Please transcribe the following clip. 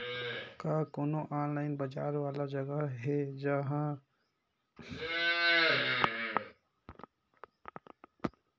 का कोनो ऑनलाइन बाजार वाला जगह हे का जहां किसान मन ल सीधे अपन उत्पाद ल बेच सकथन?